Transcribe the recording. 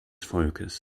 volkes